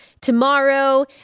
tomorrow